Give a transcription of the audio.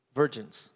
virgins